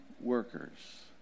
workers